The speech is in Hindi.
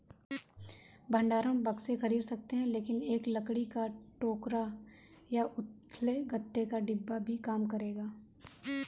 भंडारण बक्से खरीद सकते हैं लेकिन एक लकड़ी का टोकरा या उथले गत्ते का डिब्बा भी काम करेगा